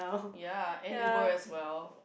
ya and Uber as well